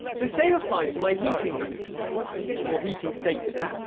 the same applies to my heating mode or heating status.